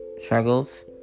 struggles